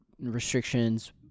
restrictions